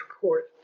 Court